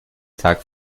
tag